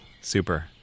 super